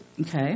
Okay